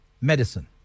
medicine